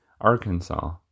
Arkansas